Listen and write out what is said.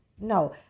No